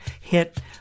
hit